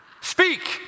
Speak